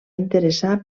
interessar